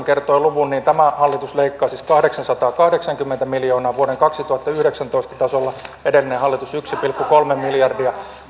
kertoi luvun niin tämä hallitus leikkaa siis kahdeksansataakahdeksankymmentä miljoonaa vuoden kaksituhattayhdeksäntoista tasolla edellinen hallitus yksi pilkku kolme miljardia